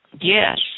Yes